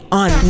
on